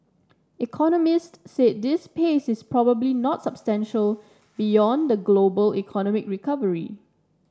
economist said this pace is probably not beyond the global economic recovery